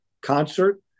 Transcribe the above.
concert